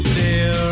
dear